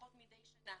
משפחות מדי שנה,